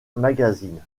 magazines